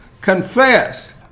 confess